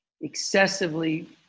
excessively